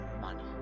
money